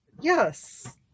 yes